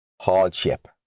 hardship